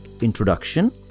introduction